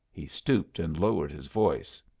he stooped and lowered his voice.